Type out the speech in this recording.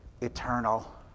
eternal